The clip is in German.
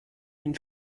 den